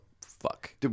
fuck